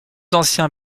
ancien